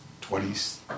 Twenties